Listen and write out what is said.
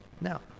Now